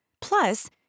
Plus